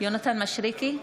יונתן מישרקי,